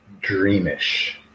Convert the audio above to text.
dreamish